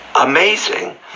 amazing